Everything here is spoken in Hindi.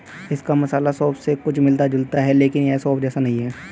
इसका मसाला सौंफ से कुछ मिलता जुलता है लेकिन यह सौंफ जैसा नहीं है